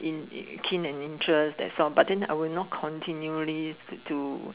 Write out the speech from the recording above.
keen and interest that's all but then I will not continually do